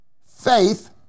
faith